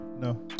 No